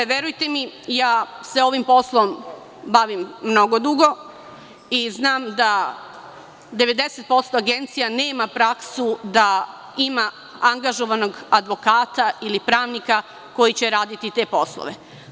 Verujte mi, ja se ovim poslom bavim mnogo dugo i znam da 90% agencija nema praksu da ima angažovanog advokata, ili pravnika koji će raditi te poslove.